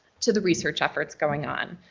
to the research efforts going on.